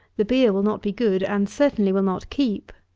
the beer will not be good, and certainly will not keep.